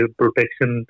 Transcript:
protection